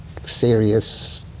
serious